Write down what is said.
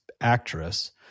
actress